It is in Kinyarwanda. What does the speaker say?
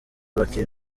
bakira